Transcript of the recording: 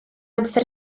amser